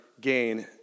gain